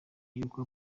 yuko